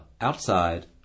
outside